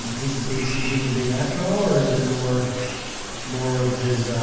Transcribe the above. he's a decent human being after all or is it more more of his